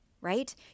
right